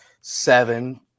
Seven